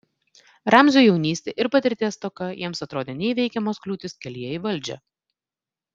ramzio jaunystė ir patirties stoka jiems atrodė neįveikiamos kliūtys kelyje į valdžią